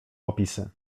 opisy